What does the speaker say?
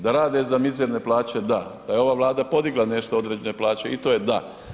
Da rade za mizerne plaće, da, da je ova Vlada podigla nešto, određene plaće, i to je da.